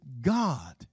God